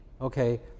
okay